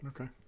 Okay